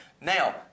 Now